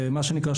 מה שנקרא,